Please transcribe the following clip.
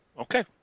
okay